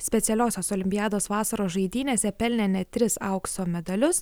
specialiosios olimpiados vasaros žaidynėse pelnė net tris aukso medalius